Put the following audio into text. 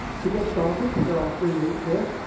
to get started, there are three links here.